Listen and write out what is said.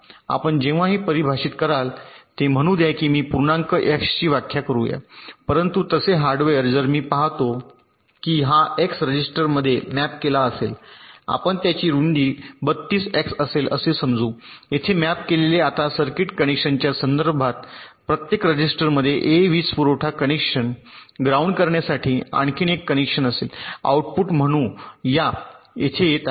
आपण जेव्हाही परिभाषित कराल ते म्हणू द्या मी पूर्णांक X ची व्याख्या करूया परंतु तसे हार्डवेअर जर मी पाहतो की हा एक्स रजिस्टरमध्ये मॅप केला असेल तर आपण त्याची रुंदी 32 एक्स असेल असे समजू येथे मॅप केलेले आता सर्किट कनेक्शनच्या संदर्भात प्रत्येक रजिस्टरमध्ये ए वीजपुरवठा कनेक्शन ग्राउंड करण्यासाठी आणखी एक कनेक्शन असेल आउटपुट म्हणू या येथे येत आहेत